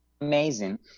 Amazing